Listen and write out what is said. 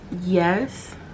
yes